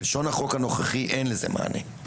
בלשון החוק הנוכחי אין לזה מענה.